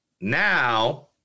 Now